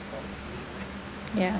ya